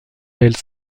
elle